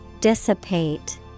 Dissipate